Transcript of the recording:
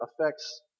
affects